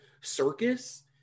circus